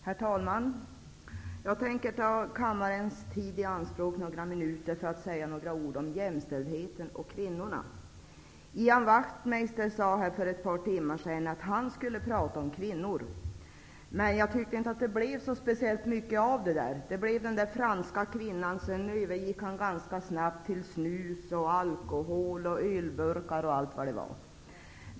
Herr talman! Jag tänker ta kammarens tid i anspråk några minuter för att säga några ord om jämställdheten och kvinnorna. Ian Wachtmeister sade för ett par timmar sedan att han skulle prata om kvinnor, men jag tycker inte att det blev så speciellt mycket av det. Det blev något om den där franska kvinnan, och sedan övergick han ganska snabbt till snus, alkohol, ölburkar och allt vad det var.